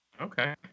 Okay